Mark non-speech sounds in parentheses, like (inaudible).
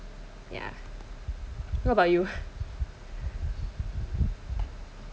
yeah (laughs) what about you